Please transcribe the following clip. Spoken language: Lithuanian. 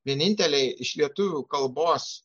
vieninteliai iš lietuvių kalbos